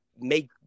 make